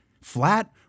flat